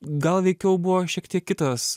gal veikiau buvo šiek tiek kitas